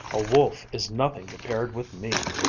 a wolf is nothing compared with me.